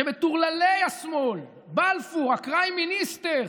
של מטורללי השמאל: בלפור, הקריים מיניסטר